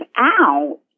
out